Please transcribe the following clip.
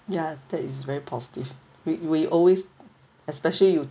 ya that is very positive we we always especially you